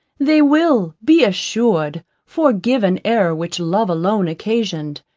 they will, be assured, forgive an error which love alone occasioned,